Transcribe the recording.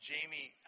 Jamie